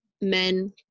men